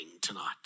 tonight